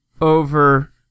over